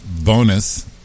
bonus